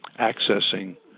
accessing